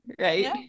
right